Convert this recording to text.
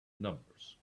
numbers